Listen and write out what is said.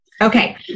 Okay